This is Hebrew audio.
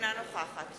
אינה נוכחת